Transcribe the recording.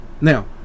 Now